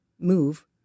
move